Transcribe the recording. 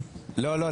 לא,